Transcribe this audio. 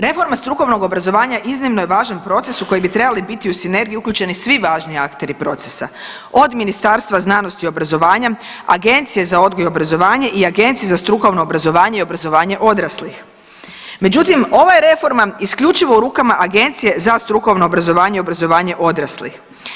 Reforma strukovnog obrazovanja iznimno je važan proces u koje bi trebali biti u sinergiji svi važni akteri procesa od Ministarstva znanosti i obrazovanja, Agencije za odgoji i obrazovanje i Agencije za strukovno obrazovanje i obrazovanje odraslih, međutim, ova je reforma isključivo u rukama Agencije za strukovno obrazovanje i obrazovanje odraslih.